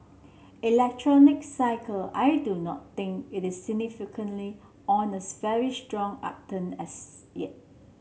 electronics cycle I do not think it is significantly on this very strong upturn as yet